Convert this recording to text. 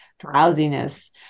drowsiness